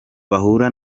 bahura